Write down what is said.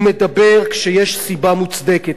הוא מדבר כשיש סיבה מוצדקת,